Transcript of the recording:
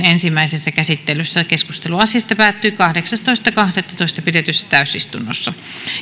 ensimmäisessä käsittelyssä keskustelu asiasta päättyi kahdeksastoista kahdettatoista kaksituhattaseitsemäntoista pidetyssä täysistunnossa